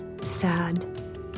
sad